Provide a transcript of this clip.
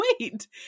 wait